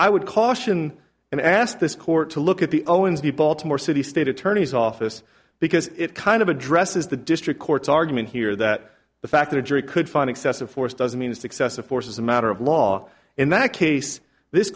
i would caution and ask this court to look at the owens the baltimore city state attorney's office because it kind of addresses the district court's argument here that the fact that a jury could find excessive force doesn't mean that excessive force is a matter of law in that case this